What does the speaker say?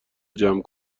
جمع